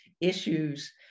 issues